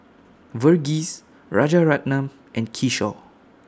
Verghese Rajaratnam and Kishore